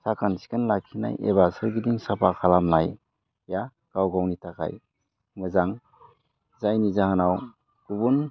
साखोन सिखोन लाखिनाय एबा सोरगिदिं साफा खालामनाया गाव गावनि थाखाय मोजां जायनि जाहोनाव गुबुन